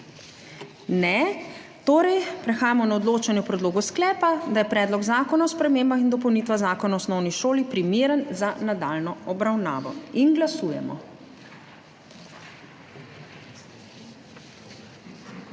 Ne. Torej prehajamo na odločanje o predlogu sklepa, da je Predlog zakona o spremembah in dopolnitvah Zakona o osnovni šoli primeren za nadaljnjo obravnavo. Glasujemo.